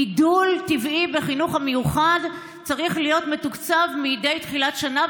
גידול טבעי בחינוך המיוחד צריך להיות מתוקצב מדי תחילת שנה,